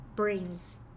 Brains